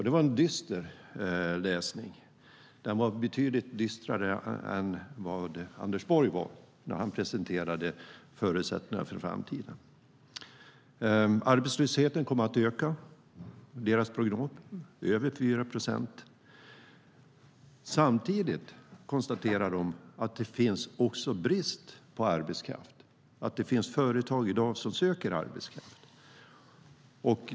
Det var en dyster läsning. Den var betydligt dystrare än Anders Borg var när han presenterade förutsättningarna för framtiden. Arbetslösheten kommer att öka enligt deras prognos, över 4 procent. Samtidigt konstaterar de att det också finns brist på arbetskraft, att det finns företag i dag som söker arbetskraft.